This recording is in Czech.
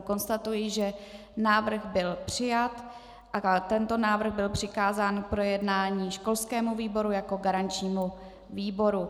Konstatuji, že návrh byl přijat a tento návrh byl přikázán k projednání školskému výboru jako garančnímu výboru.